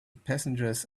passengers